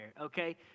Okay